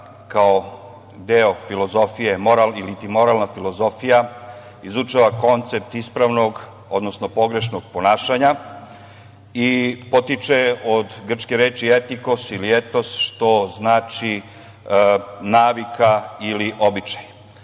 kao deo filozofije ili moralna filozofija izučava koncept ispravnog, odnosno pogrešnog ponašanja i potiče od grčke reči „etikos“ ili „etos“, što znači navika ili običaj.